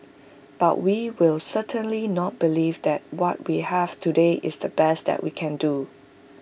but we will certainly not believe that what we have today is the best that we can do